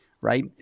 right